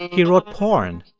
he wrote porn